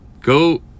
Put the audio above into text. Go